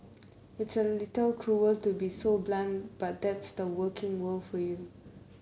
it's a little cruel to be so blunt but that's the working world for you